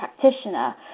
practitioner